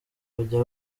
bajya